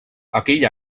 aquell